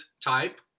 type